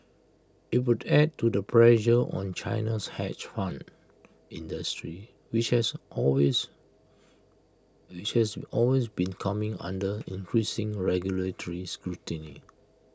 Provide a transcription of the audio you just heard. IT would add to the pressure on China's hedge fund industry which has always which has always been coming under increasing regulatory scrutiny